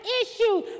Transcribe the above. issues